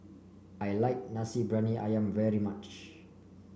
I like Nasi Bbriyani ayam very much